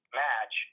match